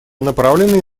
направленные